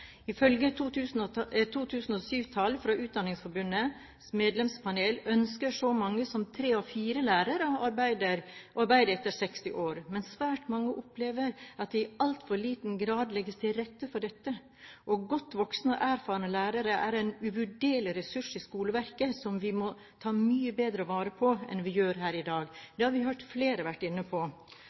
Ifølge 2007-tall fra Utdanningsforbundets medlemspanel ønsker så mange som tre av fire lærere å arbeide etter 60 år, men svært mange opplever at det i altfor liten grad legges til rette for dette. Godt voksne og erfarne lærere er en uvurderlig ressurs i skoleverket, som vi må ta mye bedre vare på enn vi gjør i dag. Det har vi hørt at flere har vært inne på